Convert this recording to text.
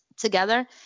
together